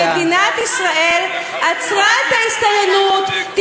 מדינת ישראל עצרה את ההסתננות.